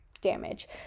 damage